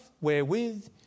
wherewith